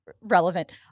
relevant